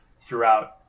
throughout